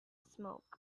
smoke